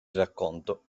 racconto